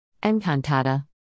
Encantada